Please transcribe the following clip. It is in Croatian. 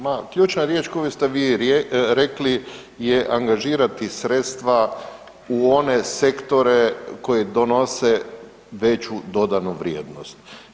Ma ključna je riječ koju ste vi rekli je angažirati sredstva u one sektore koji donose veću dodanu vrijednost.